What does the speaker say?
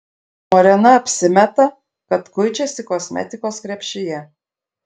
morena apsimeta kad kuičiasi kosmetikos krepšyje